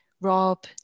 Rob